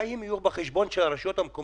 מתי הם יהיו בחשבון של הרשויות המקומיות?